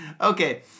okay